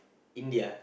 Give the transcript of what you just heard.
India